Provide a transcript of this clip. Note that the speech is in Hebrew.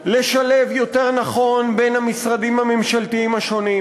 לשלב יותר נכון בין המשרדים הממשלתיים השונים.